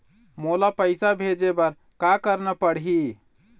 मोला पैसा भेजे बर का करना पड़ही?